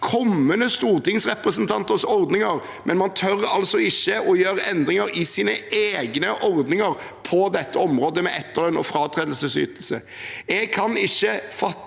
kommende stortingsrepresentanters ordninger, men en tør altså ikke å gjøre endringer i egne ordninger på området som gjelder etterlønn og fratredelsesytelse. Jeg kan ikke fatte